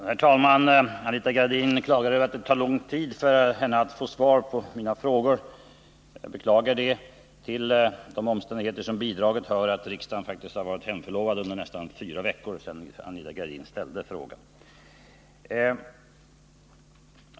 Herr talman! Anita Gradin klagade över att det tar lång tid att få svar på sina frågor. Jag beklagar detta. Till de omständigheter som har bidragit hör att riksdagen faktiskt har varit hemförlovad under nästan fyra veckor sedan Anita Gradin framställde interpellationen.